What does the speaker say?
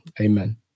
amen